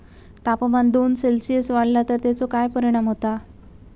तापमान दोन सेल्सिअस वाढला तर तेचो काय परिणाम होता?